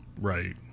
Right